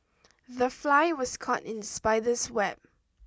the fly was caught in spider's web